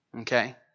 Okay